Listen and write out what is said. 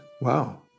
Wow